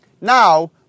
Now